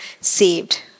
saved